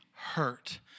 Hurt